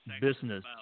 business